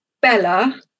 Bella